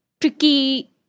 tricky